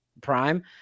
Prime –